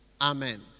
Amen